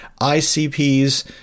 icp's